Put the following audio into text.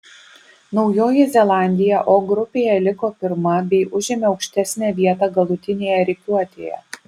naujoji zelandija o grupėje liko pirma bei užėmė aukštesnę vietą galutinėje rikiuotėje